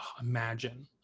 imagine